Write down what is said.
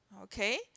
Okay